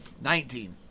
Nineteen